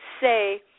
say